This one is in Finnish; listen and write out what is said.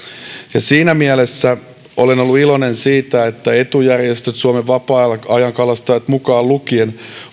siinä mielessä olen ollut iloinen siitä että etujärjestöt suomen vapaa ajankalastajat mukaan lukien